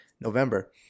November